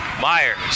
Myers